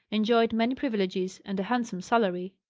enjoyed many privileges, and a handsome salary.